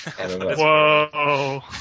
Whoa